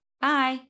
Bye